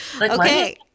Okay